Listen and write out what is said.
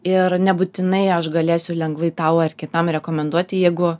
ir nebūtinai aš galėsiu lengvai tau ar kitam rekomenduoti jeigu